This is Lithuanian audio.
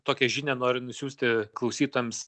tokią žinią noriu nusiųsti klausytojams